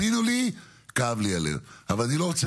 אני רוצה